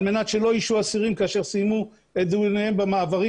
מנת שלא ישהו אסירים כאשר סיימו את דיוניהם במעברים.